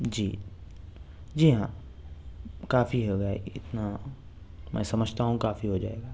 جی جی ہاں کافی ہوگیا اتنا میں سمجھتا ہوں کافی ہوجائے گا